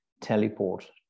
teleport